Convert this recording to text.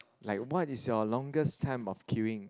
like what is your longest time of queueing